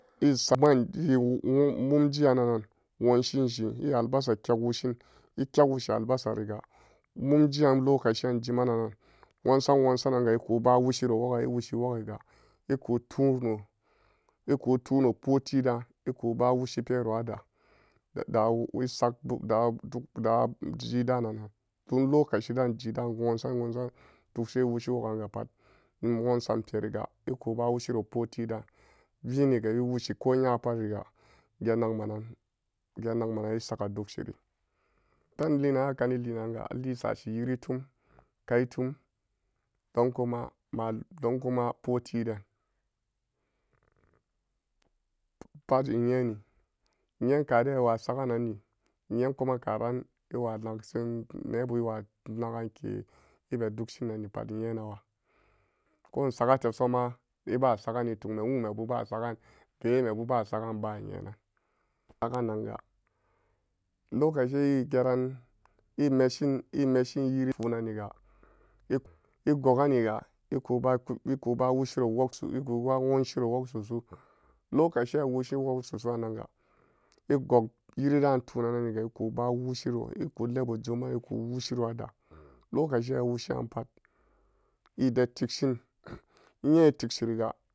Esa-man mumji an nan-nan nwanshin shin e albasa kek woshin ekek woshi albasariga mumjian loka'an jima nanga nwansan nwansananga ekuba woshiro wogai ewoshi wogiga eku tuno eku tuno poti da'an ekuba woshiro ada dajidanannan tun lokaci da'anji da'anjida'an nwansan wansan dugshi ewoshi wogangapat wansan periga ekuba woshiro potida'an viniga ewoshi ko nyapariga geen nagma nan geen nagman-nan esaga dugshiri penlien nanakani linanga alisashi yiritim kaitum don kuma-ma donkum potiden pat nyeni, nyen kaden ewa sagananni nyekuma karan iwa nebu ina naganke ebe dugshi nanni in-nyenawa ko in sagatesoma ebasagani tugme nwumebubasagan bewemebu ba sagan inba nyenan agananga lokaci geran e mestin e mestin nyiri wunaniga ek-e goganiga ekubuku-ekuba woshiro woksu ekuba wonshiro wogsusu lokaciran ewoshin wog susuranga egog nyiri dun nyirada tunananiya ekubu washiro ekulebojoman eku woshirorada lokaci an ewoshi'an pat edetikshin innye e tikshiriga.